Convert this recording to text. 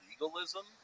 legalism